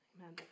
Amen